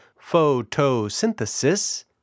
photosynthesis